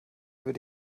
würde